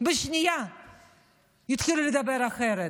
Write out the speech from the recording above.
בשנייה יתחילו לדבר אחרת,